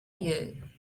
you